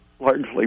largely